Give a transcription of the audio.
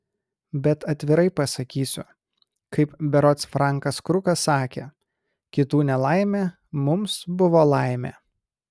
bet atvirai pasakysiu kaip berods frankas krukas sakė kitų nelaimė mums buvo laimė